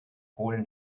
polen